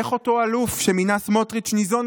איך אותו אלוף שמינה סמוטריץ' ניזון